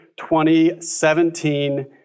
2017